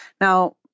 Now